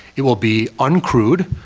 it will be uncrewed,